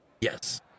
Yes